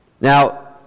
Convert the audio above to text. Now